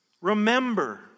Remember